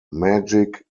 magic